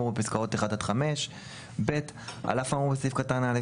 בפסקאות (1) עד (5); על אף האמור בסעיף קטן (א),